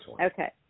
okay